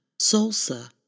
Salsa